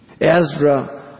Ezra